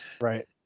Right